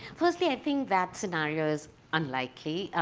firstly i think that scenario is unlikely.